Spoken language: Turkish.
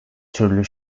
türlü